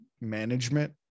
management